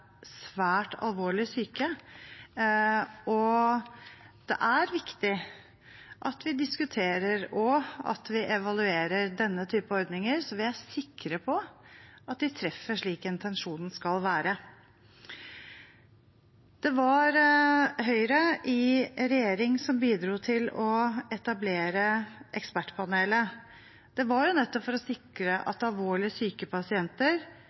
svært alvorlig syke, og det er viktig at vi diskuterer og evaluerer denne typen ordninger, slik at vi er sikre på at de treffer slik intensjonen er. Det var Høyre i regjering som bidro til å etablere ekspertpanelet. Det var nettopp for å sikre at alvorlig syke pasienter